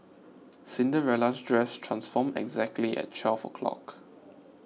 Cinderella's dress transformed exactly at twelve o'clock